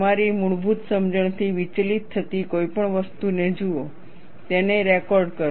તમારી મૂળભૂત સમજણથી વિચલિત થતી કોઈપણ વસ્તુને જુઓ તેને રેકોર્ડ કરો